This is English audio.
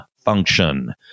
function